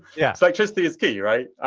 yeah so electricity is key, right?